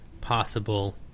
possible